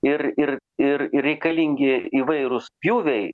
ir ir ir reikalingi įvairūs pjūviai